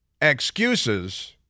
excuses